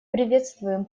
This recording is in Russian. приветствуем